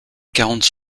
quarante